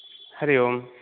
Hari Om